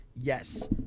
Yes